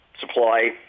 supply